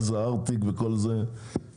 ואז הארטיק יקר.